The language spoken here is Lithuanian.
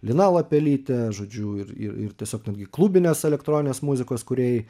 lina lapelytė žodžiu ir ir tiesiog netgi klubinės elektroninės muzikos kūrėjai